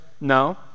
no